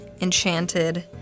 Enchanted